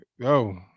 go